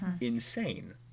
insane